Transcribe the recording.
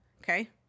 Okay